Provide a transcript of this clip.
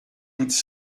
toutes